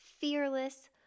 fearless